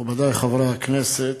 מכובדי חברי הכנסת,